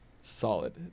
solid